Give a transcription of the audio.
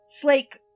Slake